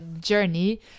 journey